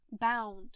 bound